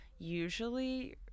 usually